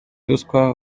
ruswa